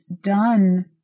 done